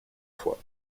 fois